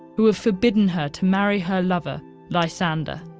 who have forbidden her to marry her lover lysander.